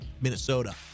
Minnesota